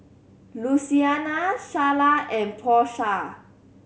Luciana Sharla and Porsha